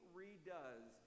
redoes